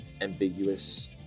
ambiguous